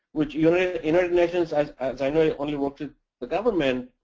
which un, united nations as as i know only only works with the government.